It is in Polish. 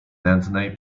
nędznej